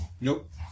Nope